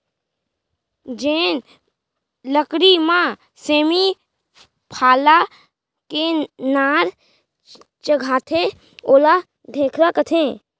जेन लकरी म सेमी पाला के नार चघाथें ओला ढेखरा कथें